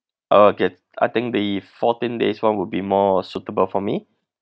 okay I think the fourteen days one would be more suitable for me